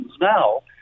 now